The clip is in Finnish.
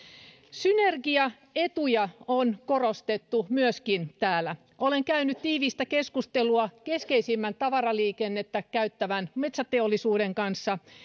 synergiaetuja on myöskin korostettu täällä olen käynyt tiivistä keskustelua keskeisimmän tavaraliikennettä käyttävän metsäteollisuuden kanssa